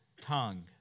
tongue